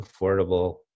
affordable